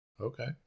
Okay